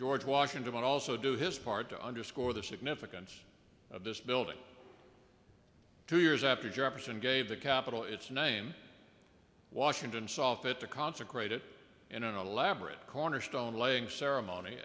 george washington also do his part to underscore the significance of this building two years after jefferson gave the capital its name washington saw fit to consecrate it in an elaborate cornerstone laying ceremony